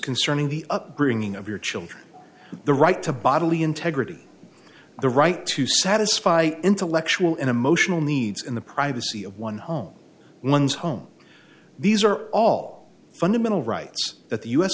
concerning the upbringing of your children the right to bodily integrity the right to satisfy intellectual and emotional needs in the privacy of one home one's home these are all fundamental rights that the u